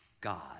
God